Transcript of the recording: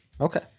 Okay